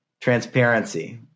transparency